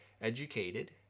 educated